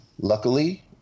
Luckily